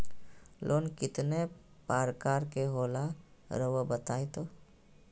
Loan कितने पारकर के होला रऊआ बताई तो?